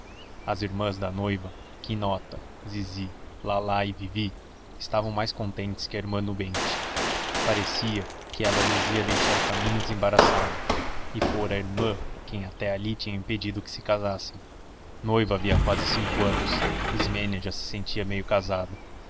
as irmãs da noiva quinota zizi lalá e vivi estavam mais contentes que a irmã nubente parecia que ela lhes ia deixar o caminho desembaraçado e fora a irmã quem até ali tinha impedido que se casassem noiva havia quase cinco anos ismênia já se sentia meio casada